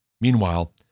Meanwhile